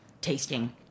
Tasting